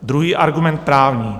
Druhý argument právní.